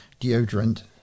deodorant